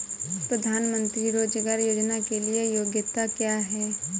प्रधानमंत्री रोज़गार योजना के लिए योग्यता क्या है?